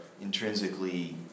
intrinsically